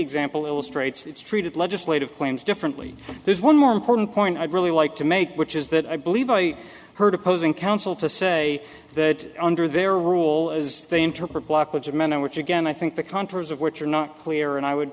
example illustrates it's treated legislative claims differently there's one more important point i'd really like to make which is that i believe i heard opposing counsel to say that under their rule as they interpret blockage of men which again i think the contras of which are not clear and i would